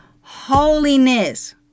holiness